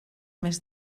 més